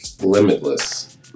limitless